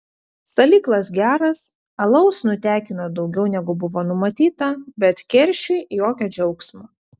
salyklas geras alaus nutekino daugiau negu buvo numatyta bet keršiui jokio džiaugsmo